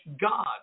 God